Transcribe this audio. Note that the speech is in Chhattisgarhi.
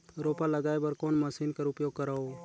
रोपा लगाय बर कोन मशीन कर उपयोग करव?